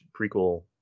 prequel